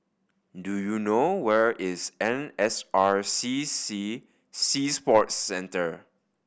do you know where is N S R C C Sea Sports Centre